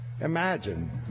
Imagine